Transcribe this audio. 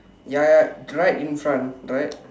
ya ya right in front right